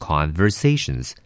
Conversations